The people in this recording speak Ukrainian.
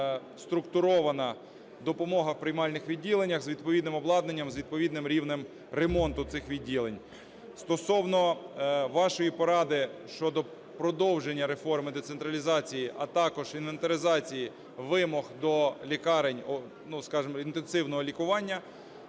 структурована допомога у приймальних відділеннях з відповідним обладнанням, з відповідним рівнем ремонту цих відділень. Стосовно вашої поради щодо продовження реформи децентралізації, а також інвентаризації вимог до лікарень, ну, скажемо, інтенсивного лікування,